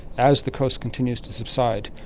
as the coast continues to subside,